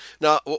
Now